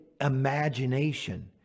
imagination